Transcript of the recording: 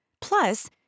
Plus